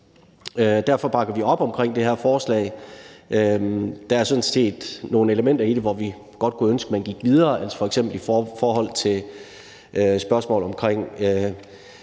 Derfor bakker vi op om det her forslag. Der er sådan set nogle elementer i det, hvor vi godt kunne ønske man gik videre, f.eks. i forhold til spørgsmålet om